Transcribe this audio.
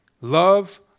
Love